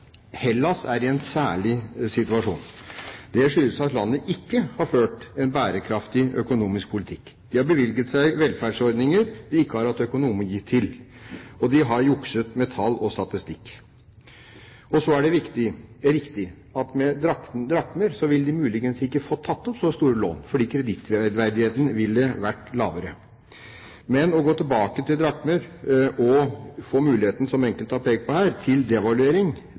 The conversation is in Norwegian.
Hellas er i en særlig situasjon. Det skyldes at landet ikke har ført en bærekraftig økonomisk politikk. De har bevilget seg velferdsordninger de ikke har hatt økonomi til, og de har jukset med tall og statistikk. Så er det riktig at med drakmer ville de muligens ikke fått tatt opp så store lån, fordi kredittverdigheten ville vært lavere. Men å gå tilbake til drakmer og få muligheten – som enkelte har pekt på her – til devaluering